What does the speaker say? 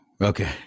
Okay